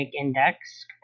index